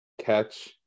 catch